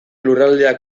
lurraldeak